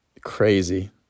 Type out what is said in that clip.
crazy